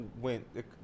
went